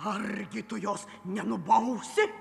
argi tu jos nenubausi